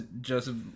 Joseph